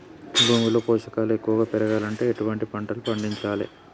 భూమిలో పోషకాలు ఎక్కువగా పెరగాలంటే ఎటువంటి పంటలు పండించాలే?